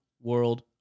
World